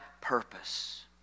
purpose